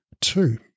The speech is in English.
Two